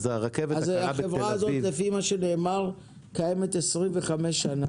החברה הזאת לפי מה שנאמר קיימת 25 שנה.